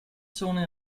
zone